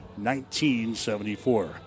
1974